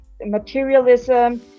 materialism